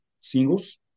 singles